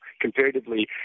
comparatively